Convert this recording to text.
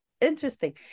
interesting